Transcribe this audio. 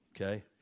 Okay